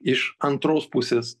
iš antros pusės